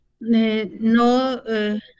no